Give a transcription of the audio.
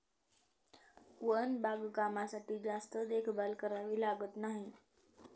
one बागकामासाठी जास्त देखभाल करावी लागत नाही